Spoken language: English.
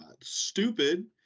stupid